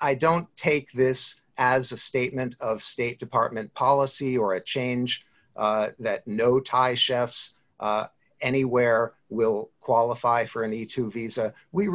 i don't take this as a statement of state department policy or a change that no thai chefs anywhere will qualify for any two visa we